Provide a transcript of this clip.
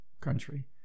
country